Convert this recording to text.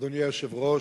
אדוני היושב-ראש,